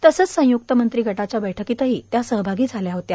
तसंच संयक्त मंत्री गटाच्या बैठकीत त्या सहभागी झाल्या होत्या